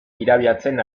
irabiatzen